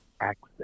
access